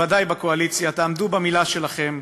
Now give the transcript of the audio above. בוודאי בקואליציה: תעמדו במילה שלכם,